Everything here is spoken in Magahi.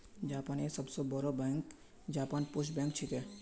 जापानेर सबस बोरो बैंक जापान पोस्ट बैंक छिके